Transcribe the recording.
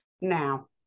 Now